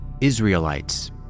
Israelites